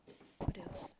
what else